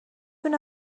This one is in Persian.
دونه